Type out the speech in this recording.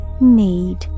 need